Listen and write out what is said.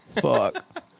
fuck